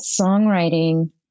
songwriting